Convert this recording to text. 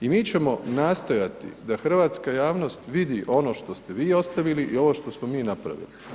I mi ćemo nastojati da hrvatska javnost vidi ono što ste vi ostavili i ovo što smo mi napravili.